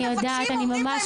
וכפי שאמר חבר הכנסת קינלי,